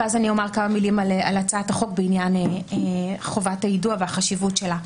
ואז אומר כמה מילים על הצעת החוק בעניין חובת היידוע והחשיבות שלה.